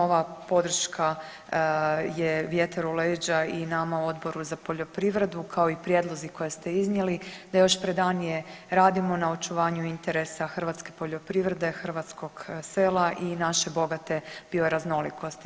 Ova podrška je vjetar u leđa i nama Odboru za poljoprivredu kao i prijedlozi koje ste iznijeli da još predanije radimo na očuvanju interesa hrvatske poljoprivrede, hrvatskog sela i naše bogate bioraznolikosti.